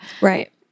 right